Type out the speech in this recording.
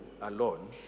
alone